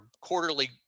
quarterly